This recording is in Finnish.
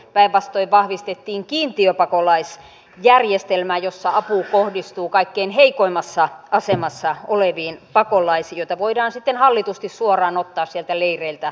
päinvastoin vahvistettiin kiintiöpakolaisjärjestelmää jossa apu kohdistuu kaikkein heikoimmassa asemassa oleviin pakolaisiin joita voidaan sitten hallitusti suoraan ottaa sieltä leireiltä kuntiin